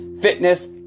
fitness